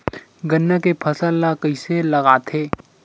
गन्ना के फसल ल कइसे लगाथे?